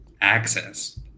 access